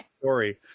story